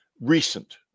recent